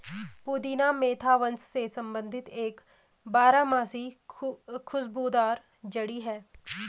पुदीना मेंथा वंश से संबंधित एक बारहमासी खुशबूदार जड़ी है